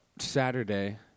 Saturday